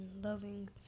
loving